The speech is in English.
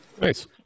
nice